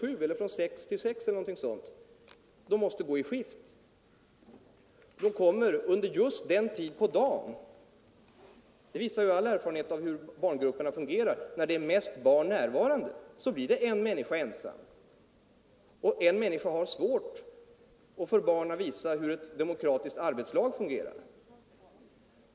7 till kl. 18 eller 19 — de måste gå i skift. Just under den tid på dagen när det är mest barn närvarande kan det mycket väl bli en människa ensam, och en människa har svårt att visa för barn hur ett demokratiskt arbetslag fungerar.